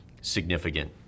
significant